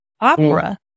opera